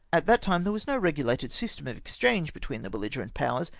at that time there was no regulated system of exchange between the beuigerent powers,